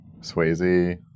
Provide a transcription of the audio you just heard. Swayze